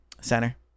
center